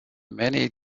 many